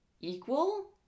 equal